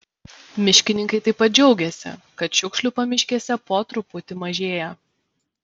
miškininkai taip pat džiaugiasi kad šiukšlių pamiškėse po truputį mažėja